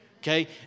Okay